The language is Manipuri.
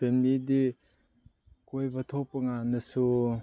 ꯐꯦꯃꯤꯂꯤꯗꯤ ꯀꯣꯏꯕ ꯊꯣꯛꯄ ꯀꯥꯟꯗꯁꯨ